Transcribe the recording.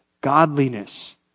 godliness